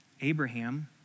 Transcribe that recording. Abraham